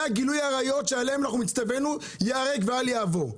זה גילוי העריות שעליו אנחנו נצטווינו ייהרג ואל יעבור.